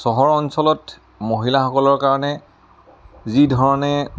চহৰৰ অঞ্চলত মহিলাসকলৰ কাৰণে যি ধৰণে